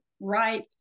right